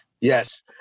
Yes